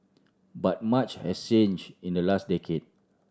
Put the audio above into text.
but much has changed in the last decade